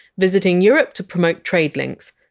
visiting europe to promote trade links.